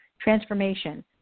Transformation